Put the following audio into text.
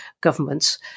governments